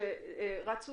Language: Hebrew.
שהתקדמו